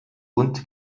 und